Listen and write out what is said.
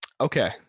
Okay